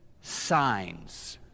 signs